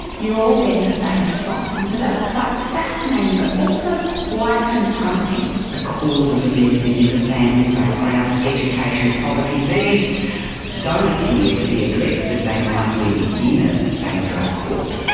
you are all getting the same response. and so that's quite fascinating but also quite confronting. the causes of the offending, the family background, the education, poverty, these don't appear to be addressed as they might be in, ah say, a drug court.